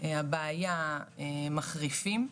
הבעיה מחריפים,